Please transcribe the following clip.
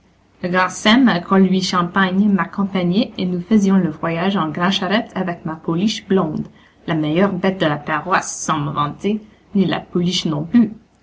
à gros louis champagne m'accompagnait et nous faisions le voyage en grand'charette avec ma pouliche blonde la meilleure bête de la paroisse sans me vanter ni la pouliche non plus